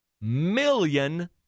million